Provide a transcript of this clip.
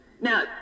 now